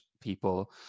people